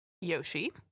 yoshi